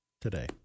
today